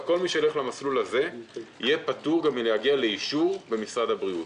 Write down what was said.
כל מי שילך למסלול הזה יהיה פטור מלהגיע לאישור במשרד הבריאות,